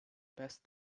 best